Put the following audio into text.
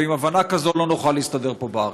ועם הבנה כזו לא נוכל להסתדר פה בארץ.